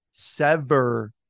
sever